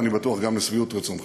ואני בטוח שגם לשביעות רצונכם.